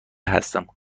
هستم